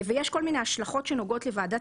יש כל מיני השלכות שנוגעות לוועדת